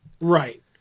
Right